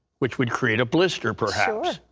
which would create a blister, perhaps.